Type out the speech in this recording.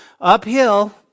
uphill